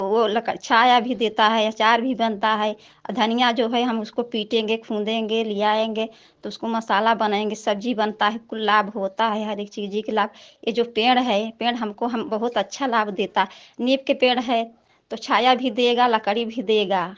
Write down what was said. वो लकड़ी छाया भी देता है अचार भी बनता है धनिया जो है हम उसको पीटेंगे खूँदेंगे लियाएंगे तो उसको मसाला बनाएंगे सब्जी बनता है कुल लाभ होता है हर एक चीजी के लाभ ए जो पेड़ है यह पेड़ हमको हम बहुत अच्छा लाभ देता है नीम के पेड़ हैं तो छाया भी देगा लकड़ी भी देगा